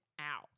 out